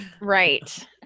Right